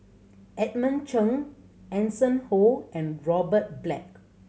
Edmund Cheng Hanson Ho and Robert Black